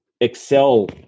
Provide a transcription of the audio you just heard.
Excel